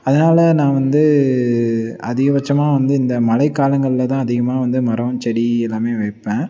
அதனால் நான் வந்து அதிகபட்சமா வந்து இந்த மழைக்காலங்களில் தான் அதிகமாக வந்து மரம் செடி எல்லாம் வைப்பேன்